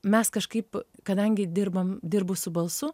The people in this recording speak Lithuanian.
mes kažkaip kadangi dirbam dirbu su balsu